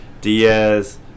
Diaz